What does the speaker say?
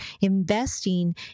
investing